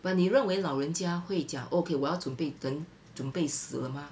but 你认为老人家会讲 okay 我要准备等准备死了吗